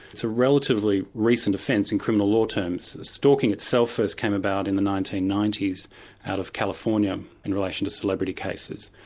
it's a relatively recent offence in criminal law terms. stalking itself first came about in the nineteen ninety s out of california in relation to celebrity cases,